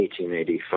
1885